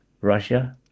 russia